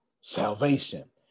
salvation